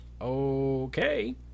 Okay